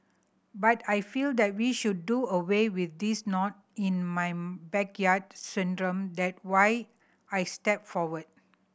but I feel that we should do away with this not in my backyard syndrome that why I stepped forward